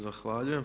Zahvaljujem.